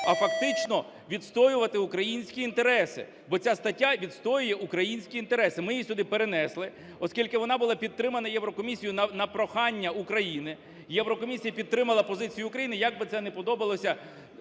а фактично відстоювати українські інтереси, бо ця стаття відстоює українські інтереси. Ми її сюди перенесли, оскільки вона була підтримана Єврокомісією на прохання України, Єврокомісія підтримала позицію України, як би це не подобалося